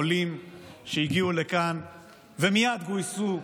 עולים שהגיעו לכאן ומייד גויסו,